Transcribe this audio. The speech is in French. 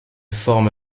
forme